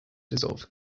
dissolve